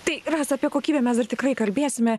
tai rasa apie kokybę mes dar tikrai kalbėsime